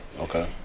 okay